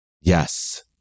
Yes